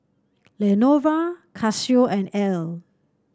Lenovo Casio and Elle